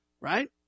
Right